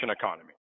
economy